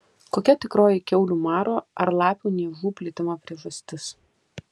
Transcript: kokia tikroji kiaulių maro ar lapių niežų plitimo priežastis